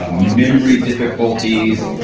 ah memory difficulties.